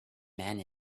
men